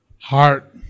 heart